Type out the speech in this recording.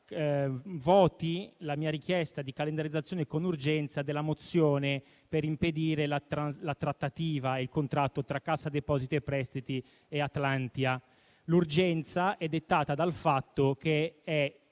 voti la mia richiesta di calendarizzazione con urgenza della mozione per impedire la trattativa e il contratto tra Cassa depositi e prestiti e Atlantia. L'urgenza è dettata dal fatto che è